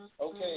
Okay